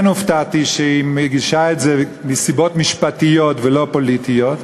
כן הופתעתי שהיא מגישה את זה מסיבות משפטיות ולא פוליטיות,